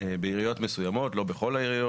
בעיריות מסוימות, לא בכולן,